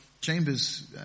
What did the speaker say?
Chambers